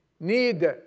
need